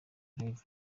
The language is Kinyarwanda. rev